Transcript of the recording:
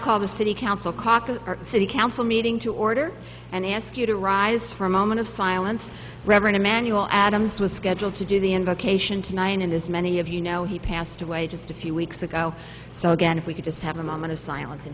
call the city council caucus or city council meeting to order and i ask you to rise for a moment of silence reverend emanuel adams was scheduled to do the invocation to nine and as many of you know he passed away just a few weeks ago so again if we could just have a moment of silence